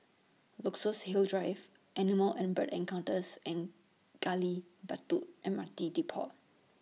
Luxus Hill Drive Animal and Bird Encounters and Gali Batu M R T Depot